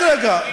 רק רגע,